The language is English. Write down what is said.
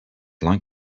like